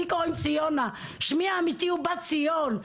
לי קוראים ציונה ושמי ואמיתי הוא בת ציון.